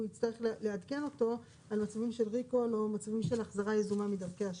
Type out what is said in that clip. הוא יצטרך לעדכן אותו על מצבים של ריקול או החזרה יזומה מדרכי השיווק.